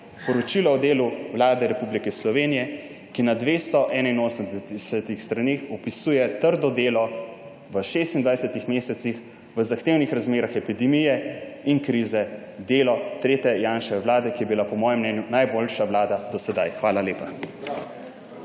poročilo o delu Vlade Republike Slovenije na 281 straneh opisuje trdo delo v 26 mesecih v zahtevnih razmerah epidemije in krize delo tretje Janševe vlade, ki je bila po mojem mnenju najboljša vlada do sedaj. Hvala lepa.